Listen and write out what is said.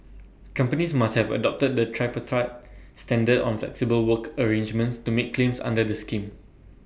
companies must have adopted the tripartite standard on flexible work arrangements to make claims under the scheme